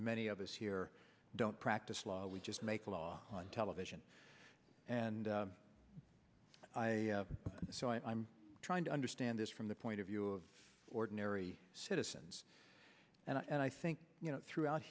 many of us here don't practice law we just make law on television and i so i'm trying to understand this from the point of view of ordinary citizens and i think you know throughout